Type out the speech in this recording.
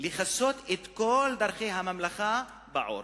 לכסות את כל דרכי הממלכה בעור.